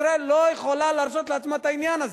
ישראל לא יכולה להרשות לעצמה את העניין הזה.